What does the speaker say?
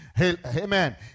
Amen